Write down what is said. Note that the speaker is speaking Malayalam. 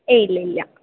എയ് ഇല്ല ഇല്ല